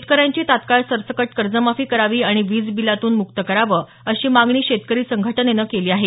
शेतकऱ्यांची तत्काळ सरसकट कर्जमाफी करावी आणि वीज बिलातून मुक्त करावं अशी मागणी शेतकरी संघटनेनं केली आहे